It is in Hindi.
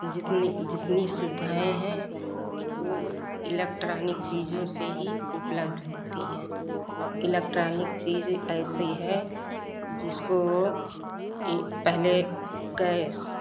जितनी जितनी सुविधाएँ हैं वह इलेक्ट्रॉनिक चीज़ों से ही उपलब्ध हैं होती हैं और इलेक्ट्रॉनिक चीज़ें ऐसी है जिसको पहले गैस